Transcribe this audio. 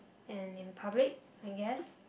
and in public I guess